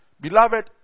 Beloved